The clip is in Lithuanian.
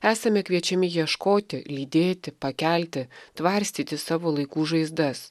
esame kviečiami ieškoti lydėti pakelti tvarstyti savo laikų žaizdas